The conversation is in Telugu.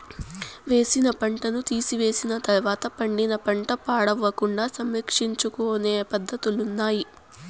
వేసిన పంటను తీసివేసిన తర్వాత పండిన పంట పాడవకుండా సంరక్షించుకొనే పద్ధతులున్నాయి